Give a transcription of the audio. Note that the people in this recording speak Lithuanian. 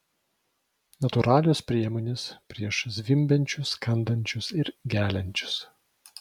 natūralios priemonės prieš zvimbiančius kandančius ir geliančius